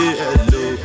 hello